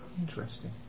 Interesting